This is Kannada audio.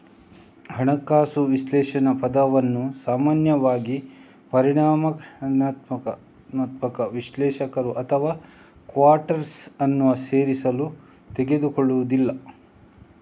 ಹಣಕಾಸು ವಿಶ್ಲೇಷಕ ಪದವನ್ನು ಸಾಮಾನ್ಯವಾಗಿ ಪರಿಮಾಣಾತ್ಮಕ ವಿಶ್ಲೇಷಕರು ಅಥವಾ ಕ್ವಾಂಟ್ಸ್ ಅನ್ನು ಸೇರಿಸಲು ತೆಗೆದುಕೊಳ್ಳುವುದಿಲ್ಲ